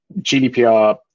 gdpr